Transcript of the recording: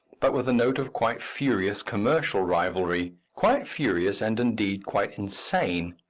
but with a note of quite furious commercial rivalry quite furious and, indeed, quite insane,